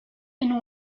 and